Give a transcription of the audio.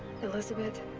elisabet.